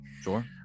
Sure